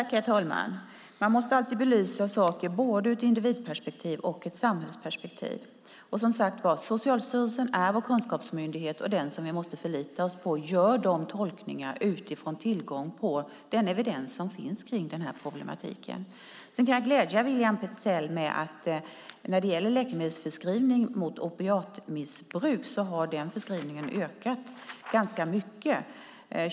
Herr talman! Man måste alltid belysa saker ur både ett individperspektiv och ett samhällsperspektiv. Socialstyrelsen är, som sagt, vår kunskapsmyndighet, och vi måste förlita oss på de tolkningar de gör utifrån tillgången till den evidens som finns kring den här problematiken. Sedan kan jag glädja William Petzäll med att läkemedelsförskrivningen mot opiatmissbruk har ökat ganska mycket.